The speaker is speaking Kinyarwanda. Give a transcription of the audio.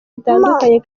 bitandukanye